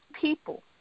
people